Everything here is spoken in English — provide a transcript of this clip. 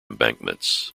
embankments